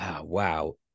wow